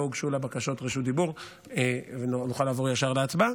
לא הוגשו לה בקשות רשות דיבור ונוכל לעבור ישר להצבעה.